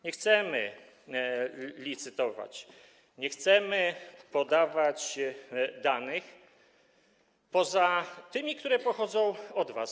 Nie chcemy licytować, nie chcemy podawać danych poza tymi, które pochodzą od was.